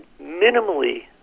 minimally